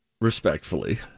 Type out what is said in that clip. respectfully